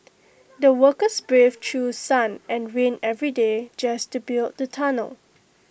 the workers braved through sun and rain every day just to build the tunnel